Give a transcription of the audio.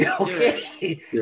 Okay